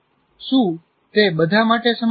શું તે બધા માટે સમાન છે